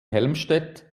helmstedt